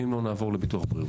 אם לא, נעבור לביטוח בריאות.